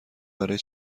برای